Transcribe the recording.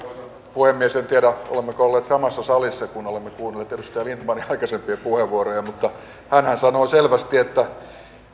puhemies en tiedä olemmeko olleet samassa salissa kun olemme kuunnelleet edustaja lindtmanin aikaisempia puheenvuoroja mutta hänhän sanoi selvästi että